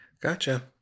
gotcha